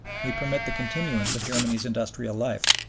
we permit the continuance of germany's industrial life,